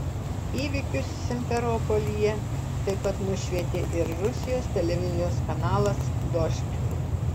įvykius simferopolyje taip pat nušvietė ir rusijos televizijos kanalas dožd